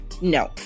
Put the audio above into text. no